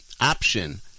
option